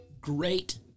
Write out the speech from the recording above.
great